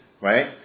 Right